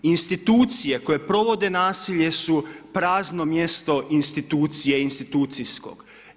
Institucije koje provode nasilje su prazno mjesto institucije i institucijskog.